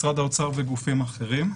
משרד האוצר וגופים אחרים.